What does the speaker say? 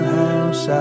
house